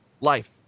Life